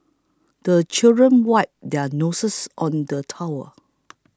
the children wipe their noses on the towel